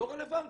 לא רלוונטי,